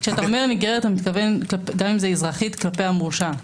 כשאתה אומר "נגררת" אתה מתכוון גם אם זה אזרחית כלפי המורשע.